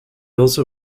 also